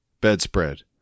bedspread